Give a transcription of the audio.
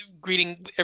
Greeting